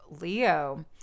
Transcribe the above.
Leo